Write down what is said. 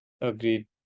Agreed